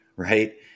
Right